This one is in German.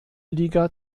liga